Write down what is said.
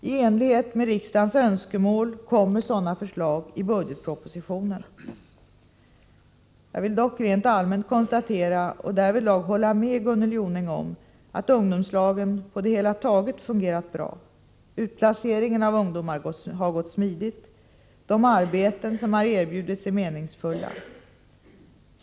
I enlighet med riksdagens önskemål kommer sådana förslag i budgetpropositionen. Jag vill dock rent allmänt konstatera, och därvidlag hålla med Gunnel Jonäng om, att ungdomslagen på det hela taget fungerar bra. Utplaceringen av ungdomar har gått smidigt. De arbeten som har erbjudits är meningsfulla.